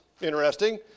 interesting